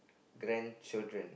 grandchildren